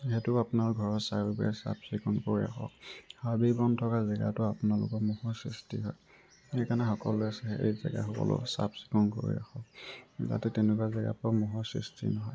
যিহেতু আপোনাৰ ঘৰৰ চাৰিওবেৰ চাফ চিকুণকৈ ৰাখক হাবি বন থকা জেগাতো আপোনালোকৰ মহৰ সৃষ্টি হয় সেইকাৰণে সকলোৱে সেই জেগা সকলোৱে চাফ চিকুণ কৰি ৰাখক যাতে তেনেকুৱা জেগাৰ পৰা মহৰ সৃষ্টি নহয়